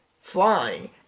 flying